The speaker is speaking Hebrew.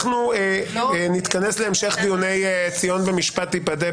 אנחנו נתכנס להמשך דיוני ציון במשפט תיפדה,